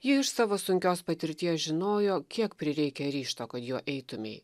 ji iš savo sunkios patirties žinojo kiek prireikia ryžto kad juo eitumei